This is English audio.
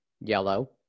Yellow